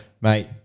mate